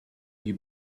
you